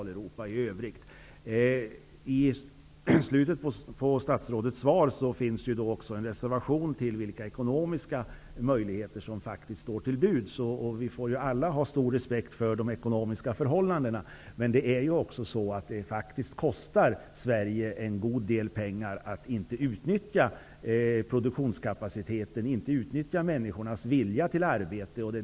Detta leder till slakt av djur som inte är färdiga, vilket i sin tur leder till ytterligare inkomstbortfall. Höstens skyhöga räntor har därtill inneburit att många jordbruksföretag drabbas av stora förluster. I en artikel i The Economist den 7 november anges att de finska, norska och svenska regeringarna informellt bett Tyskland stå fast emot Danmarks krav i förhållande till Maastrichtavtalet.